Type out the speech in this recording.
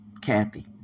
Kathy